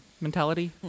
mentality